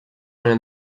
nel